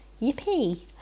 yippee